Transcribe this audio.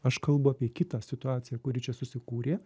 aš kalbu apie kitą situaciją kuri čia susikūrė